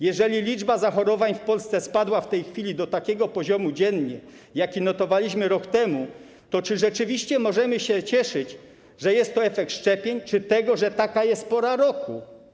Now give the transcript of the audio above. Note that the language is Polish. Jeżeli liczba zachorowań w Polsce spadła w tej chwili do takiego poziomu dziennie, jaki notowaliśmy rok temu, to czy rzeczywiście możemy się cieszyć, że jest to efekt szczepień, czy tego, że taka jest pora roku?